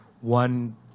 one